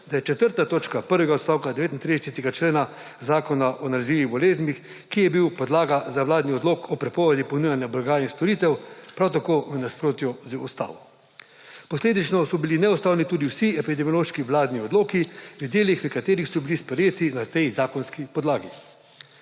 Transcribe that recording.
da je četrta točka prvega odstavka 39. člena Zakona o nalezljivih boleznih, ki je bil podlaga za vladni odlok o prepovedi ponujanja blaga in storitev, prav tako v nasprotju z ustavo. Posledično so bili neustavni tudi vsi epidemiološki vladni odloki v delih, v katerih so bili sprejeti na tej zakonski podlagi.